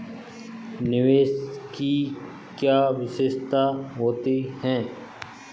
निवेश की क्या विशेषता होती है?